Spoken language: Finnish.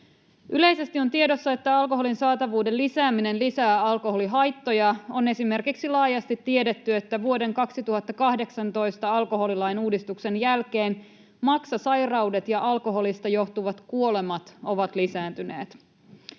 Yleisesti on tiedossa, että alkoholin saatavuuden lisääminen lisää alkoholihaittoja. On esimerkiksi laajasti tiedetty, että vuoden 2018 alkoholilain uudistuksen jälkeen maksasairaudet ja alkoholista johtuvat kuolemat ovat lisääntyneet.